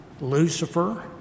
Lucifer